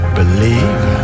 believe